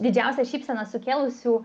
didžiausią šypseną sukėlusių